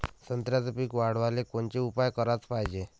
संत्र्याचं पीक वाढवाले कोनचे उपाव कराच पायजे?